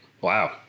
Wow